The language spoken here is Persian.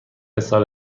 سال